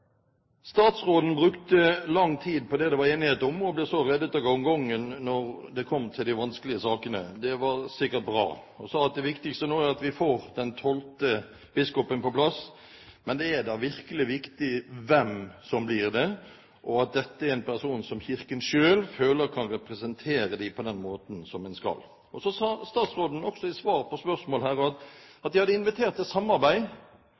Statsråden brukte lang tid på det det var enighet om, og ble så reddet av gongongen da det kom til de vanskelige sakene. Det var sikkert bra. Hun sa at det viktigste nå er at vi får den tolvte biskopen på plass. Men det er da virkelig viktig hvem som blir det, og at dette er en person som Kirken selv føler kan representere dem på den måten en skal. Statsråden sa også i et svar på spørsmål her at de hadde invitert til samarbeid.